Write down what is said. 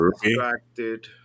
distracted